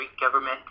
government